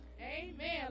Amen